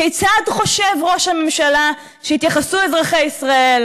כיצד חושב ראש הממשלה שיתייחסו אזרחי ישראל